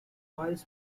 miles